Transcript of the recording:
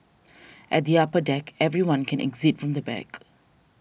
at the upper deck everyone can exit from the back